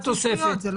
התוספת?